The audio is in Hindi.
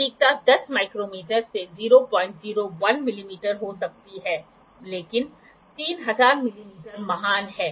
सटीकता 10 माइक्रोमीटर से 001 मिमी हो सकती है लेकिन 3000 मिमी महान है